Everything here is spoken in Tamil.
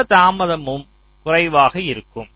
மொத்த தாமதமும் குறைவாக இருக்கும்